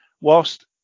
whilst